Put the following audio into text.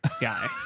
guy